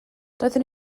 doeddwn